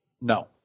No